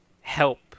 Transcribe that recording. help